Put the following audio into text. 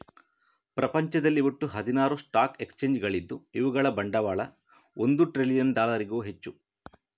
ಪ್ರಪಂಚದಲ್ಲಿ ಒಟ್ಟು ಹದಿನಾರು ಸ್ಟಾಕ್ ಎಕ್ಸ್ಚೇಂಜುಗಳಿದ್ದು ಇವುಗಳ ಬಂಡವಾಳ ಒಂದು ಟ್ರಿಲಿಯನ್ ಡಾಲರಿಗೂ ಹೆಚ್ಚು